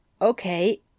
Okay